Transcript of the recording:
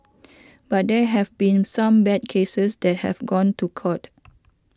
but there have been some bad cases that have gone to court